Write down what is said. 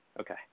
Okay